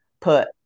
put